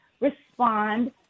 respond